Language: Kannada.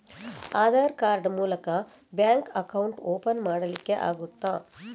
ಆಧಾರ್ ಕಾರ್ಡ್ ಮೂಲಕ ಬ್ಯಾಂಕ್ ಅಕೌಂಟ್ ಓಪನ್ ಮಾಡಲಿಕ್ಕೆ ಆಗುತಾ?